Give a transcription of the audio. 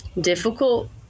difficult